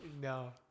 no